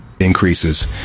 increases